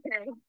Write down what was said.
Okay